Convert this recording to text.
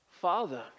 Father